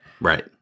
Right